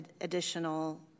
additional